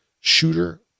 shooter